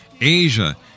Asia